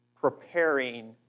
preparing